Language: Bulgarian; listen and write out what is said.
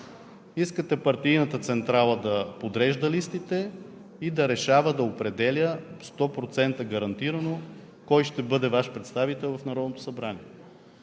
Искате партийната централа да подрежда листите и да решава, да определя 100% гарантирано кой ще бъде Ваш представител в Народното събрание.